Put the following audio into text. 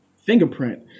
fingerprint